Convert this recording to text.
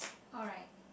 alright